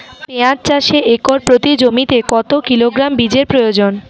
পেঁয়াজ চাষে একর প্রতি জমিতে কত কিলোগ্রাম বীজের প্রয়োজন?